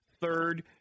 third